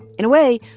in a way,